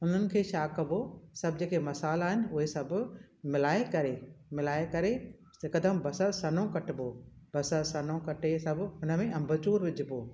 उन्हनि खे छा कबो सभु जेके मसाला आहिनि उहे सभु मिलाए करे मिलाए करे हिकदमि बसरु सनो कटिबो बसरु सनो कटे सभु हुन में अम्बचूर विझिबो